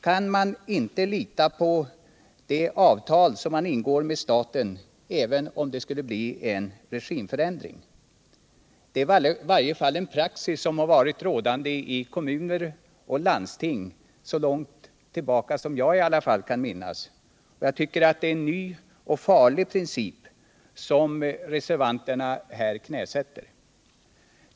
Kan man inte lita på det avtal man ingår med staten även om det skulle bli en regimförändring? Det är i varje fall en praxis som har varit rådande i kommuner och landsting så långt tillbaka jag kan minnas. Det är en ny och farlig princip som reservanterna här knäsätter.